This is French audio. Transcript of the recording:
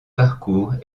parcours